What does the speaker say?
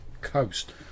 coast